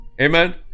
Amen